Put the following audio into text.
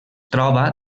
troba